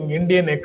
Indian